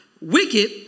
wicked